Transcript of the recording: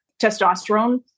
testosterone